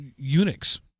Unix